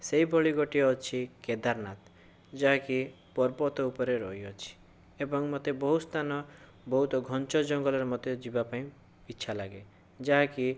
ସେହିଭଳି ଗୋଟିଏ ଅଛି କେଦାରନାଥ ଯାହାକି ପର୍ବତ ଉପରେ ରହିଅଛି ଏବଂ ମୋତେ ବହୁତ ସ୍ଥାନ ବହୁତ ଘଞ୍ଚ ଜଙ୍ଗଲରେ ମୋତେ ଯିବାପାଇଁ ଇଛା ଲାଗେ ଯାହାକି